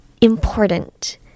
important